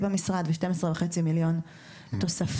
המשרד בשתיים עשרה וחצי מיליון תוספתי.